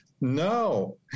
No